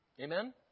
Amen